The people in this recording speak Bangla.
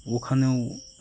ওখানেও